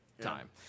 time